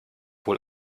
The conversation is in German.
wohl